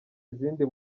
izindi